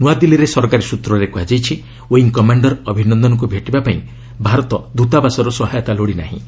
ନୂଆଦିଲ୍ଲୀରେ ସରକାରୀ ସ୍ନତ୍ରରେ କୁହାଯାଇଛି ଓ୍ୱିଙ୍ଗ କମାଣ୍ଡର ଅଭିନନ୍ଦନଙ୍କୁ ଭେଟିବା ପାଇଁ ଭାରତ ଦୂତାବାସର ସହାୟତା ଲୋଡିନାହିଁ